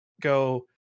go